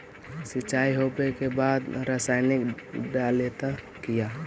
सीचाई हो बे के बाद रसायनिक डालयत किया?